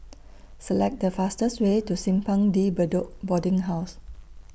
Select The fastest Way to Simpang De Bedok Boarding House